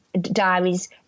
diaries